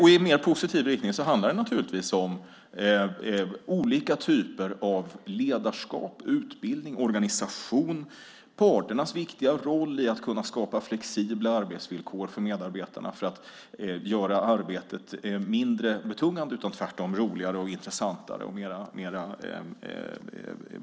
I mer positiv riktning handlar det om olika typer av ledarskap, utbildning, organisation och parternas viktiga roll i att kunna skapa flexibla arbetsvillkor för medarbetarna för att göra arbetet mindre betungande utan tvärtom roligare, intressantare och bättre.